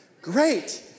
Great